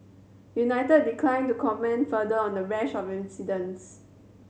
united declined to comment further on the rash of incidents